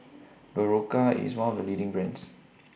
Berocca IS one of The leading brands